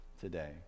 today